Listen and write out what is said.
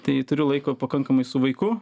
tai turiu laiko pakankamai su vaiku